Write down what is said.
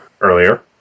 earlier